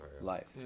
life